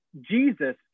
Jesus